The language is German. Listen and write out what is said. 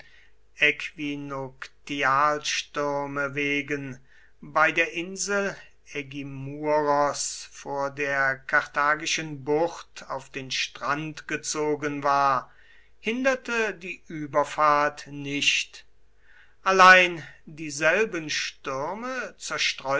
äquinoktialstürme wegen bei der insel ägimuros vor der karthagischen bucht auf den strand gezogen war hinderte die überfahrt nicht allein dieselben stürme